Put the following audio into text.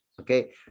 okay